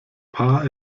paar